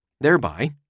Thereby